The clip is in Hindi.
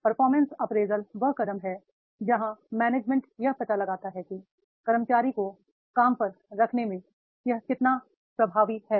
परफॉर्मेंस अप्रेजल वह कदम है जहां मैनेजमेंट यह पता लगाता है कि कर्मचारी को काम पर रखने में यह कितना प्रभावी है